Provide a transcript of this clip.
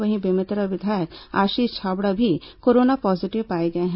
वहीं बेमेतरा विधायक आशीष छाबड़ा भी कोरोना पॉजीटिव पाए गए हैं